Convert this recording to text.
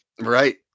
Right